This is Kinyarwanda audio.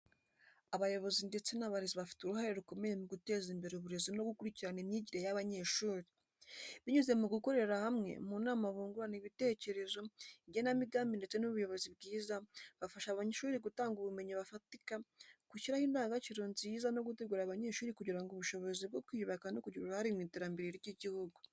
Abayobozi ndetse n’abarezi bafite uruhare rukomeye mu guteza imbere uburezi no gukurikirana imyigire y’abanyeshuri. Binyuze mu mu gukorera hamwe, mu nama bungurana ibitekerezo, igenamigambi ndetse n'ubuyobozi bwiza, bafasha amashuri gutanga ubumenyi bufatika, gushyiraho indangagaciro nziza no gutegura abanyeshuri kugira ubushobozi bwo kwiyubaka no kugira uruhare mu iterambere ry’igihugu.